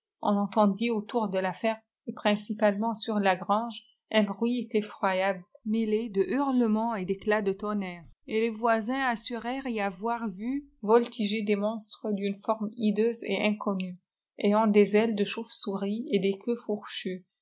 on entendit autour de la ferme et principalement sur la grange un bruit effroyable mêlé de hurlements et d'éclats de tonnerre et les voisins assurèrent y avoir vu voltigar des monstres d'une forme hideuse et inconnue ayant hes ailes de chauve-souris et des queues fourchues